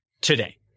today